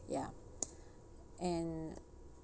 ya and